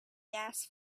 gas